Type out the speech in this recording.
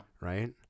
Right